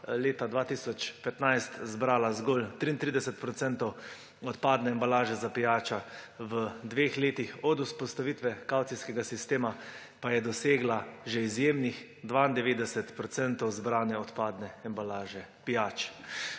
leta 2015 zbrala zgolj 33 % odpadne embalaže za pijačo, v dveh letih od vzpostavitve kavcijskega sistema pa je dosegla že izjemnih 92 % zbrane odpadne embalaže pijač.